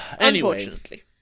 Unfortunately